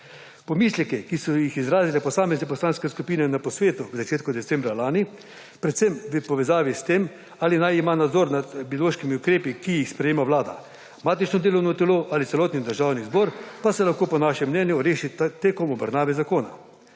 Pomisleke, ki so jih izrazile posamezne poslanske skupine na posvetu v začetku decembra lani predvsem v povezavi s tem, ali naj ima nadzor nad biološkimi ukrepi, ki jih sprejema Vlada, matično delovno telo ali celotni Državni zbor, pa se lahko po našem mnenju reši tekom obravnave zakona.